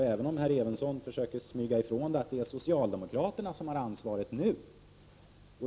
Även om herr Evensson försöker smyga undan, är det de facto socialdemokraterna som nu har ansvaret.